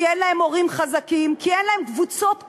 כי אין להם הורים חזקים, כי אין להם קבוצות כוח.